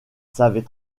savait